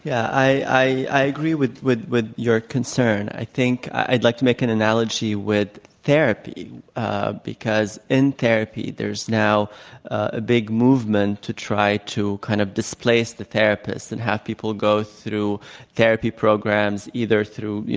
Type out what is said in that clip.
yeah i i agree with with your concern. i think i'd like to make an analogy with therapy because in therapy there's now a big movement to try to kind of displace the therapist and have people go through therapy programs either through, you